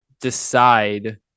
decide